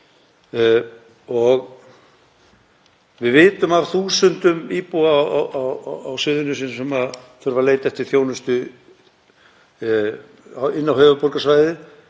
Við vitum af þúsundum íbúa á Suðurnesjum sem þurfa að leita eftir þjónustu inn á höfuðborgarsvæðið